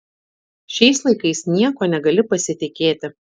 šiais laikais niekuo negali pasitikėti